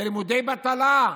זה לימודי בטלה.